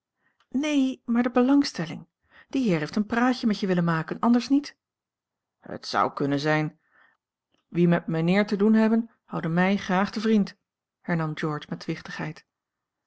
neen maar de belangstelling die heer heeft een praatje met je willen maken anders niet het zou kunnen zijn wie met mijnheer te doen hebben houden mij graag te vriend hernam george met wichtigheid